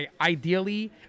ideally